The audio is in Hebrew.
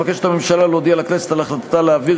מבקשת הממשלה להודיע לכנסת על החלטתה להעביר